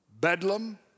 bedlam